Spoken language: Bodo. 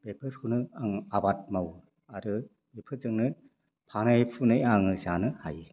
बेफोरखौनो आं आबाद मावो आरो बेफोरजोंनो गायनानै फुनानै आङो जानो हायो